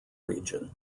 region